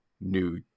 new